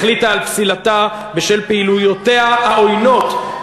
החליטה על פסילתה בשל פעילויותיה העוינות,